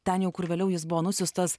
ten jau kur vėliau jis buvo nusiųstas